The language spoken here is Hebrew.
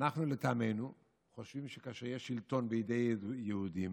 לטעמנו אנחנו חושבים שכאשר יש שלטון בידי יהודים,